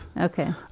Okay